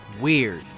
weird